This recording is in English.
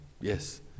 yes